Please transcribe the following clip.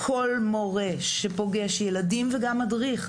כל מורה שפוגש ילדים וגם מדריך,